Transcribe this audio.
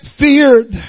feared